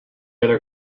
other